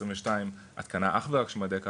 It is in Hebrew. מאוגוסט 2022 התקנה של אך ורק מדי קר"מ,